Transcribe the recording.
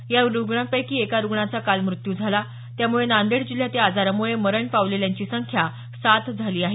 या रुग्णांपैकी एका रुग्णाचा काल मृत्यू झाला त्यामुळे नांदेड जिल्ह्यात या आजारामुळे मरण पावलेल्यांची संख्या सात झाली आहे